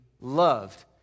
loved